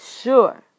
sure